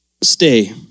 stay